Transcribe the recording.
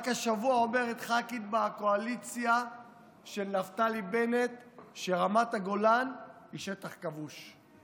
רק השבוע אומרת ח"כית בקואליציה של נפתלי בנט שרמת הגולן היא שטח כבוש.